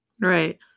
Right